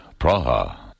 Praha